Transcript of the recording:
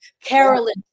Carolyn